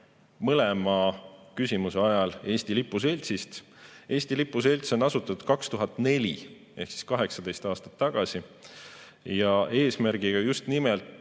mõlema küsimuse ajal Eesti Lipu Seltsi kohta? Eesti Lipu Selts on asutatud 2004 ehk 18 aastat tagasi. Ja eesmärgiga just nimelt